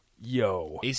Yo